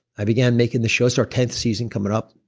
i began making the show, it's our tenth season coming up.